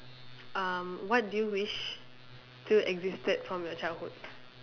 um what do you wish still existed from your childhood